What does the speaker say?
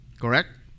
correct